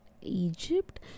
Egypt